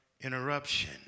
interruption